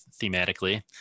thematically